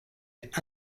est